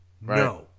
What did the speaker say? No